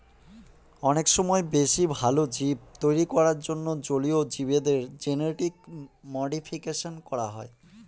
অনেক সময় বেশি ভালো জীব তৈরী করার জন্য জলীয় জীবদের জেনেটিক মডিফিকেশন করা হয়